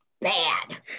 bad